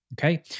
Okay